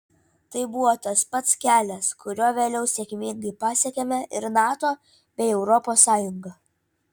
tai buvo tas pats kelias kuriuo vėliau sėkmingai pasiekėme ir nato bei europos sąjungą